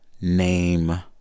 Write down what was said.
name